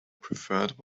preferred